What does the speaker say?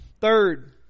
Third